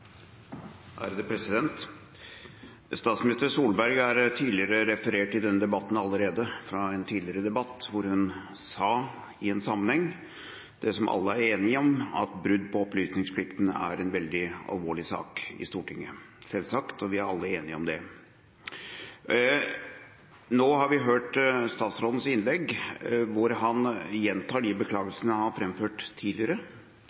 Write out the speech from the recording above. i denne debatten allerede referert, nemlig fra en tidligere debatt der hun i en sammenheng sa det som alle er enige om, at brudd på opplysningsplikten er en veldig alvorlig sak i Stortinget. Selvsagt – vi er alle enige om det. Nå har vi hørt statsrådens innlegg, der han gjentar de beklagelsene han har framført tidligere.